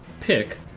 pick